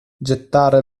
gettare